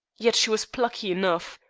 yet she was plucky enough.